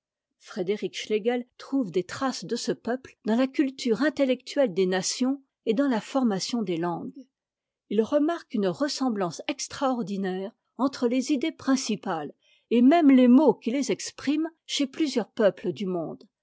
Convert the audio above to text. frédéric schlegel trouve des traces de ce peuple dans la culture intellectuelle des nations et dans la formation des langues it remarque une ressemblance extraordinaire entre les idées principales et même les mots qui les expriment chez plusieurs peuples du monde